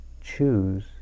choose